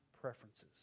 preferences